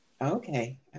Okay